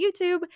YouTube